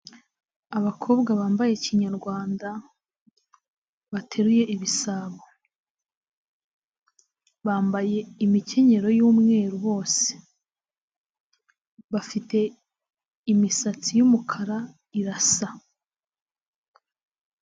Abakobwa bambaye kinyarwanda bateruye ibisabo, bambaye imikenyero y'umweru bose bafite imisatsi y'umukara irasa.